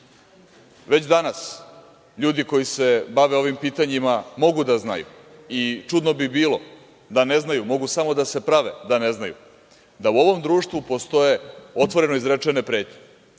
danas ljudi koji se bave ovim pitanjima mogu da znaju, i čudno bi bilo da ne znaju, mogu samo da se prave da ne znaju, da u ovom društvu postoje otvoreno izrečene pretnje